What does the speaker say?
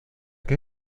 que